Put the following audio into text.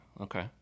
Okay